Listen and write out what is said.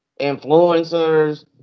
influencers